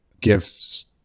gifts